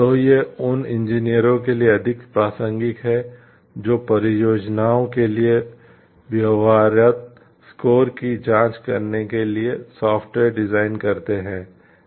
तो यह उन इंजीनियरों के लिए अधिक प्रासंगिक है जो परियोजनाओं के लिए व्यवहार्यता स्कोर की जांच करने के लिए सॉफ्टवेयर डिज़ाइन करते हैं